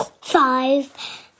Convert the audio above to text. five